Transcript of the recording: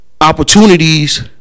opportunities